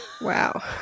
Wow